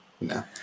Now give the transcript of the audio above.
No